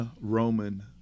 Roman